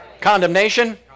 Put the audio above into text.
Condemnation